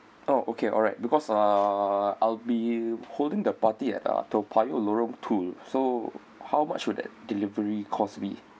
oh okay alright because uh I'll be holding the party at uh toa payoh lorong two so how much would that delivery cost me